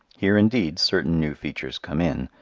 here indeed certain new features come in.